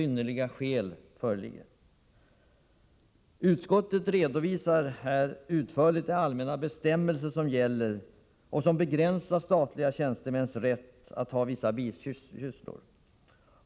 Utskottet redovisar utförligt de allmänna bestämmelser som gäller och som begränsar statliga tjänstemäns rätt att ha vissa bisysslor.